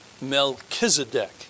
Melchizedek